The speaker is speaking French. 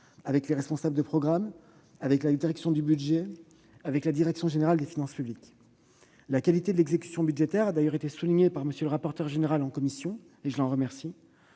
avec les responsables de programme, la direction du budget et la direction générale des finances publiques. La qualité de l'exécution budgétaire a d'ailleurs été soulignée par M. le rapporteur général en commission, et je l'en remercie.